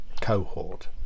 cohort